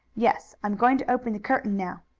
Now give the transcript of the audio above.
yes. i'm going to open the curtain now.